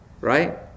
Right